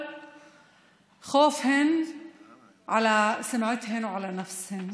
החשש שלהן למוניטין שלהן ולעצמן,